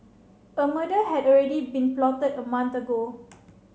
a murder had already been plotted a month ago